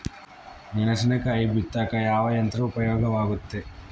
ಮೆಣಸಿನಕಾಯಿ ಬಿತ್ತಾಕ ಯಾವ ಯಂತ್ರ ಉಪಯೋಗವಾಗುತ್ತೆ?